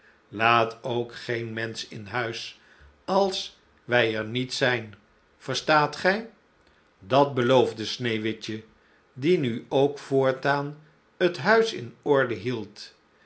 laat ook geen mensch in huis als wij er niet zijn verstaat gij dat beloofde sneeuwwitje die nu ook voortaan het huis in orde hield